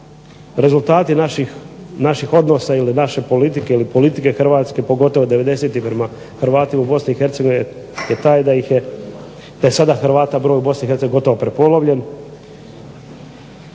Rezultati naših odnosa ili politike, ili politike HRvatske pogotovo '90.-ih prema Hrvatima u BiH je taj da ih je sada broj Hrvatima u BiH gotovo prepolovljen,